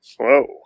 Whoa